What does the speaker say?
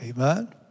Amen